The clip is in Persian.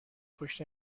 پشت